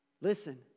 Listen